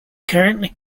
currently